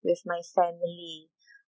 with my family